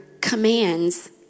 commands